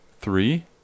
three